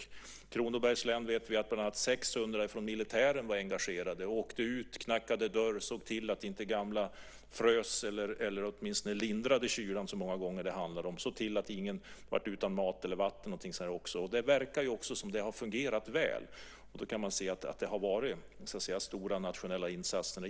I Kronobergs län var 600 militärer engagerade och åkte ut och knackade dörr och såg till att inte gamla frös, eller att man i alla fall lindrade kylan. Man såg till att ingen var utan mat och vatten. Det verkar som om det har fungerat väl. Det har varit stora nationella insatser.